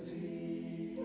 the